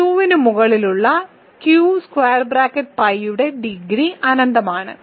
Q ന് മുകളിലുള്ള Qπ യുടെ ഡിഗ്രി അനന്തമാണ്